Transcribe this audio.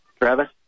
Travis